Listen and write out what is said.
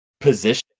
position